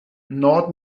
nord